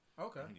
okay